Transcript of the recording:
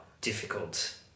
difficult